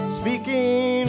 speaking